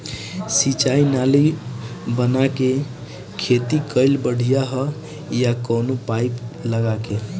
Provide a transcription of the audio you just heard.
सिंचाई नाली बना के खेती कईल बढ़िया ह या कवनो पाइप लगा के?